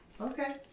Okay